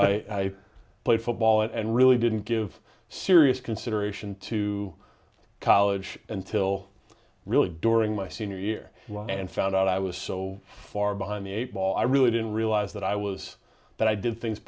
o i played football and really didn't give serious consideration to college until really during my senior year and found out i was so far behind the eightball i really didn't realize that i was that i did things